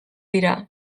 dira